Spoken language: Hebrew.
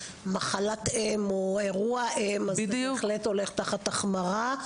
מחלת אם או אירוע אם זה הולך תחת החמרה,